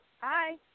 Hi